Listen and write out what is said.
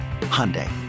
Hyundai